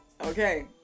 okay